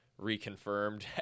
reconfirmed